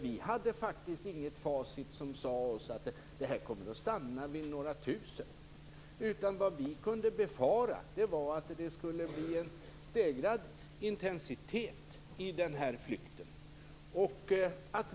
Vi hade faktiskt inget facit som sade oss att det skulle stanna vid några tusen flyktingar, utan vad vi kunde befara var att det skulle bli en stegrad intensitet i flykten.